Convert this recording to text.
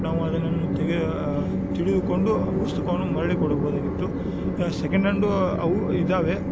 ನಾವು ಅದನನ್ನು ತೆಗೆ ತಿಳಿದುಕೊಂಡು ಪುಸ್ತಕವನ್ನು ಮರಳಿ ಕೊಡಬೋದಾಗಿತ್ತು ಸೆಕೆಂಡ್ ಹ್ಯಾಂಡೂ ಅವು ಇದಾವೆ